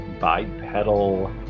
bipedal